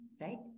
right